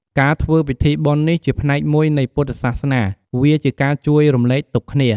ការធ្វើពិធីបុណ្យនេះ ជាផ្នែកមួយនៃពុទ្ឋសាសនា វាជាការជួយរំលែកទុក្ខគ្នា។